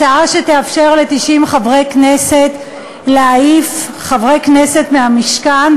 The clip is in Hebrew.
שתאפשר ל-90 חברי כנסת להעיף חברי כנסת מהמשכן,